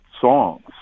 Songs